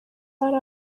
hari